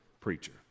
preacher